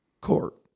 court